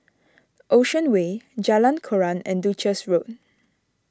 Ocean Way Jalan Koran and Duchess Road